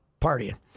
partying